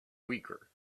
weaker